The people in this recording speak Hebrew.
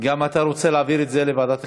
גם אתה רוצה להעביר את זה לוועדת הכלכלה?